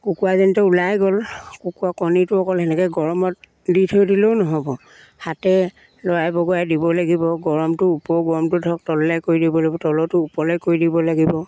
কুকুৰাজনীটো ওলাই গ'ল কুকুৰা কণীটো অকল সেনেকে গৰমত দি থৈ দিলেও নহ'ব হাতে লৰাই বগৰাই দিব লাগিব গৰমটো গৰমটো ধৰক তললে কৰি দিব লাগিব তলতো ওপৰলে কৰি দিব লাগিব